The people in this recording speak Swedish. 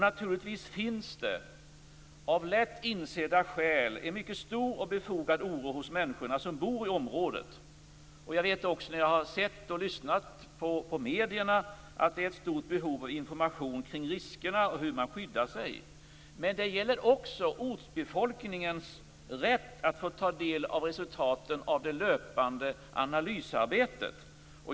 Naturligtvis finns det, av lätt insedda skäl, en mycket stor och befogad oro hos de människor som bor i området. När jag har följt mediebevakningen har jag insett att det finns ett stort behov av information kring riskerna och hur man skyddar sig. Men det gäller också ortsbefolkningens rätt att få ta del av resultaten av det löpande analysarbetet.